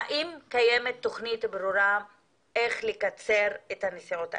אני רוצה לדעת האם קיימת תוכנית ברורה איך לקצר את הנסיעות האלה,